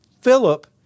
Philip